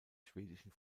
schwedischen